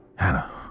Hannah